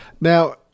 Now